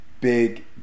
big